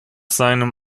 seinem